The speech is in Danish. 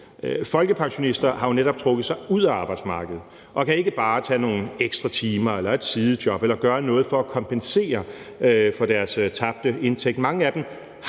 Folkepensionister har jo netop trukket sig ud af arbejdsmarkedet og kan ikke bare tage nogle ekstra timer, et sidejob eller gøre noget for at kompensere for deres tabte indtægt.